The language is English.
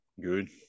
Good